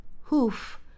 hoof